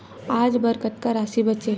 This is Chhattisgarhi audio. आज बर कतका राशि बचे हे?